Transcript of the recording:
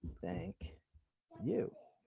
thank you.